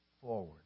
forward